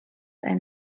einen